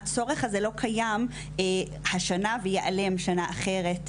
הצורך הזה לא קיים השנה ויעלם שנה אחרת,